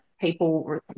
people